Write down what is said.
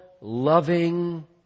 loving